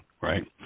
Right